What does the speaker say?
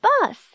bus